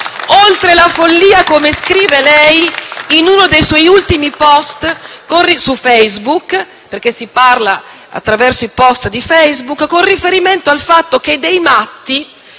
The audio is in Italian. oltre la follia, come scrive lei in uno dei suoi ultimi *post* su Facebook - perché si parla attraverso i *post* di Facebook - con riferimento al fatto che dei matti